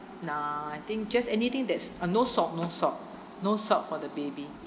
nah I think just anything that's uh no salt no salt no salt for the baby